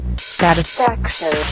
satisfaction